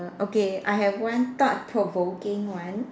okay I have one thought provoking one